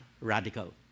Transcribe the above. radical